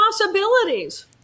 possibilities